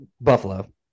Buffalo